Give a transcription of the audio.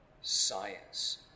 science